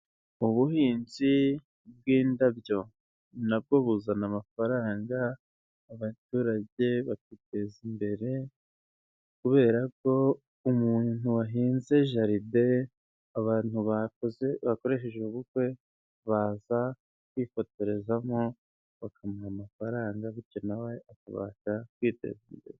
Ubuhinzi bw'indabyo, na bwo buzana amafaranga abaturage bakiteza imbere, kubera ko umuntu wahinze jardin, abantu bakoze bakoresheje ubukwe baza kwifotorezamo, bakamuha amafaranga bityo na we akabasha kwiteza imbere.